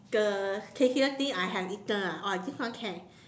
the tastiest thing I have eaten ah oh this one can